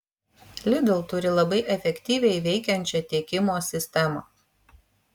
lidl turi labai efektyviai veikiančią tiekimo sistemą